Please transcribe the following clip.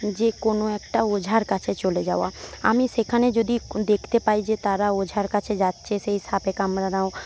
যে কোন একটা ওঝার কাছে চলে যাওয়া আমি সেখানে যদি দেখতে পাই যে তারা ওঝার কাছে যাচ্ছে সেই সাপে কামড়ানো